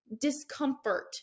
discomfort